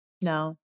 No